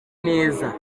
neza